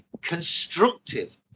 constructive